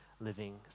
living